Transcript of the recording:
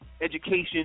education